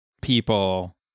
people